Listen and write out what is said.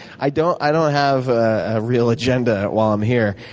i don't i don't have a real agenda while i'm here.